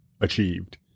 achieved